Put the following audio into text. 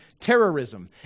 terrorism